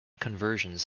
conversions